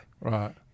Right